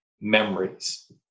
memories